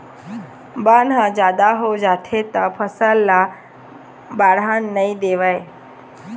बन ह जादा हो जाथे त फसल ल बाड़हन नइ देवय